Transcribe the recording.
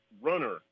runner